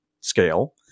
scale